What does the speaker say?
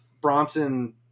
Bronson